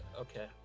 Okay